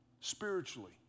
spiritually